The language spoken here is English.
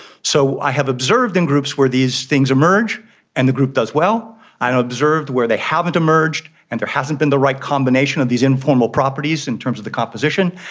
so i have observed in groups where these things emerge and the group does well. i've observed where they haven't emerged and there hasn't been the right combination of these informal properties in terms of the composition,